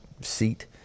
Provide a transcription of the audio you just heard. seat